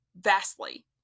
vastly